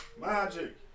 Magic